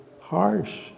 harsh